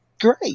great